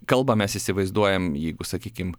kalbamės įsivaizduojam jeigu sakykim